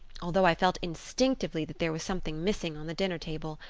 although i felt instinctively that there was something missing on the dinner table.